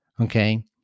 Okay